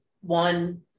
one